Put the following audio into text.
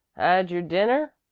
had your dinner?